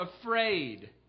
afraid